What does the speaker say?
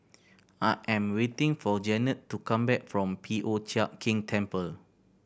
I am waiting for Jannette to come back from P O Chiak Keng Temple